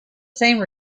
same